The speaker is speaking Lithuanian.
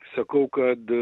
sakau kad